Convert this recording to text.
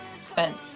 spent